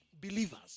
believers